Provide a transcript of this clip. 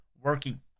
working